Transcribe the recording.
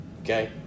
okay